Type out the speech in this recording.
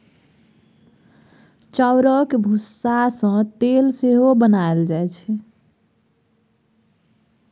चाउरक भुस्सा सँ तेल सेहो बनाएल जाइ छै